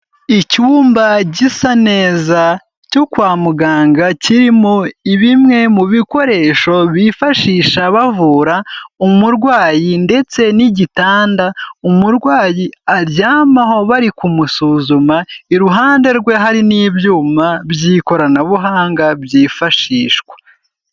Icyumba gisa neza cyo kwa muganga kirimo ibimwe mu bikoresho bifashisha bavura umurwayi ndetse n'igitanda umurwayi aryamaho bari kumusuzuma, iruhande rwe hari n'ibyuma by'ikoranabuhanga byifashishwa.